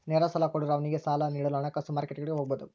ನೇರ ಸಾಲ ಕೊಡೋರು ಅವ್ನಿಗೆ ಸಾಲ ನೀಡಲು ಹಣಕಾಸು ಮಾರ್ಕೆಟ್ಗುಳಿಗೆ ಹೋಗಬೊದು